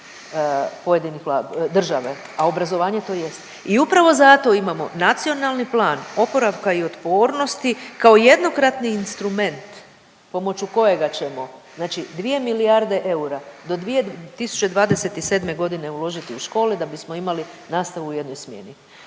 pojedinih Vla…, države, a obrazovanje to jest i upravo zato imamo NPOO kao jednokratni instrument pomoću kojega ćemo znači 2 milijarde eura do 2027.g. uložiti u škole da bismo imali nastavu u jednoj smjeni.